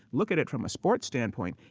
look at it from a sports standpoint.